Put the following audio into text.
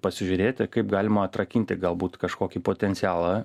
pasižiūrėti kaip galima atrakinti galbūt kažkokį potencialą